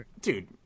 dude